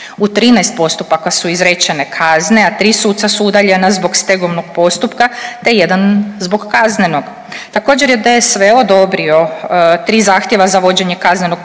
U 13 postupaka su izrečene kazne, a 3 suca su udaljena zbog stegovnog postupka te 1 zbog kaznenog. Također je DSV odobrio 3 zahtjeva za vođenje kaznenog postupka